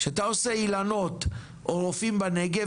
כשאתה עושה אילנות או רופאים בנגב,